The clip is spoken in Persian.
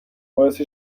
باعث